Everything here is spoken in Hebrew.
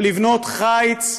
ולבנות חיץ,